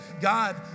God